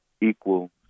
equal